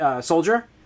soldier